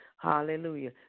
Hallelujah